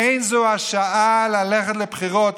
אין זו השעה ללכת לבחירות.